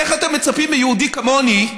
איך אתם מצפים מיהודי כמוני,